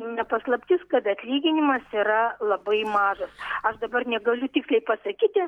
ne paslaptis kad atlyginimas yra labai mažas aš dabar negaliu tiksliai pasakyti